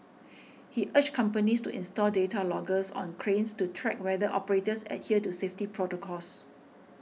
he urged companies to install data loggers on cranes to track whether operators adhere to safety protocols